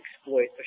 exploit